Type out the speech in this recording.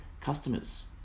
customers